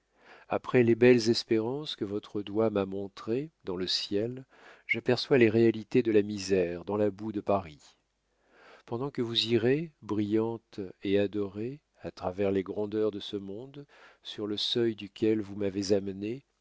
après les belles espérances que votre doigt m'a montrées dans le ciel j'aperçois les réalités de la misère dans la boue de paris pendant que vous irez brillante et adorée à travers les grandeurs de ce monde sur le seuil duquel vous m'avez amené